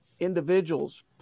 individuals